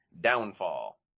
downfall